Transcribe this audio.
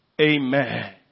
Amen